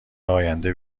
آینده